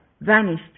vanished